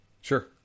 Sure